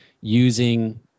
using